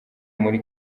muri